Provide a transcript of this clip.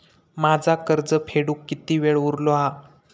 माझा कर्ज फेडुक किती वेळ उरलो हा?